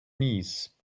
knees